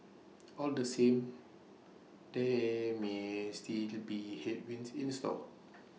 all the same there may still to be headwinds in the store